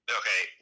okay